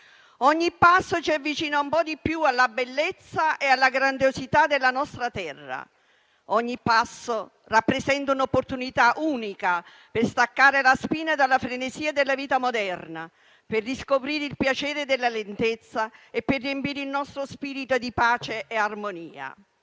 che ci avvicina un po' di più alla bellezza e alla grandiosità della nostra terra. Ogni passo rappresenta un'opportunità unica per staccare la spina dalla frenesia della vita moderna, per riscoprire il piacere della lentezza e per riempire il nostro spirito di pace e armonia.